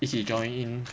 一起 join in